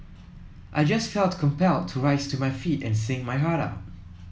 I just felt compelled to rise to my feet and sing my heart out